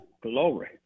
Glory